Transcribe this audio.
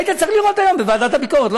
היית צריך לראות היום בוועדת הביקורת.